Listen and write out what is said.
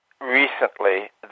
Recently